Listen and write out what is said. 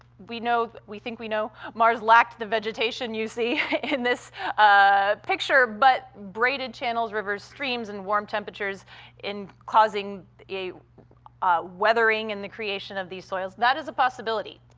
we know we think we know mars lacked the vegetation you see in this ah picture but braided channels, rivers, streams, and warm temperatures in causing a weathering in the creation of these soils. that is a possibility.